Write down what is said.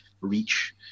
reach